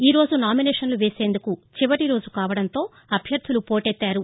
ఈ రోజు నామినేషన్లు వేసేందుకు చివరి రోజు కావడంతో అభ్యర్థలు పోటెత్తారు